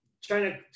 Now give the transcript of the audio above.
China